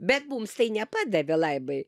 bet mums tai nepadavė laimai